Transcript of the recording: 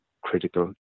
critical